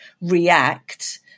react